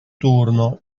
turno